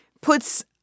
puts